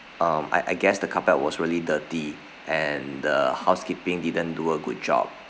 um I I guess the carpet was really dirty and the housekeeping didn't do a good job